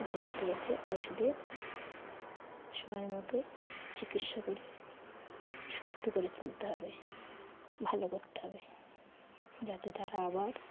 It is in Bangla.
যেহেতু ওদের পশুদের সময় মতো চিকিৎসা করে সুস্থ করে তুলতে হবে ভালো করতে হবে যাতে তারা আবার